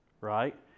right